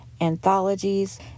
anthologies